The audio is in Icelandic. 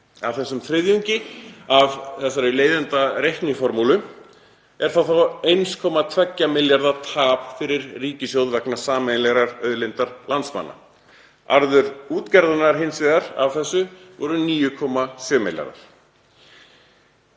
Af þessum þriðjungi sem fæst með þessari leiðindareikniformúlu er þá 1,2 milljarða tap fyrir ríkissjóð vegna sameiginlegrar auðlindar landsmanna. Arður útgerðarinnar hins vegar af þessu var 9,7 milljarðar.